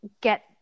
get